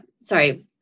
sorry